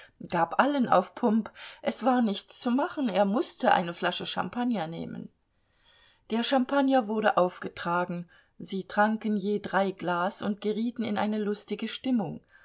gab allen auf pump es war nichts zu machen er mußte eine flasche champagner nehmen der champagner wurde aufgetragen sie tranken je drei glas und gerieten in eine lustige stimmung